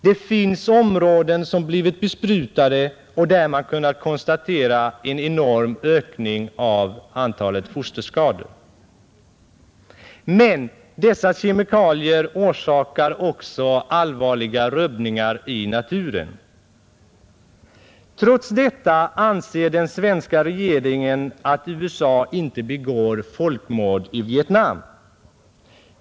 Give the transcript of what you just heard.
Det finns områden som blivit besprutade och där man kunnat konstatera en enorm ökning av antalet fosterskador. Men dessa kemikalier orsakar också allvarliga rubbningar i naturen. Trots detta anser den svenska regeringen att USA inte begår folkmord i Vietnam.